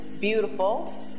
beautiful